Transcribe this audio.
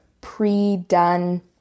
pre-done